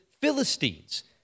Philistines